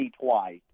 twice